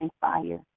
fire